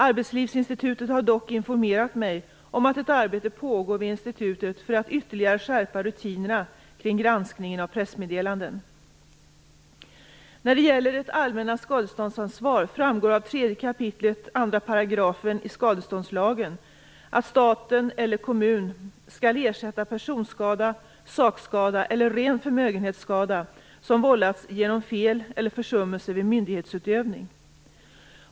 Arbetslivsinstitutet har dock informerat mig om att ett arbete pågår vid institutet för att ytterligare skärpa rutinerna kring granskningen av pressmeddelanden. När det gäller det allmännas skadeståndsansvar framgår det av 3 kap. 2 § i skadeståndslagen att stat eller kommun skall ersätta personskada, sakskada eller ren förmögenhetsskada, som har vållats genom fel eller försummelse vid myndighetsutövning.